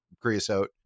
creosote